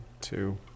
two